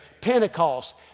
Pentecost